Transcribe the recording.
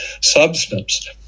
substance